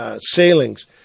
sailings